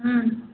हम्म हम्म